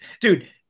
dude